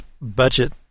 budget